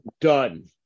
done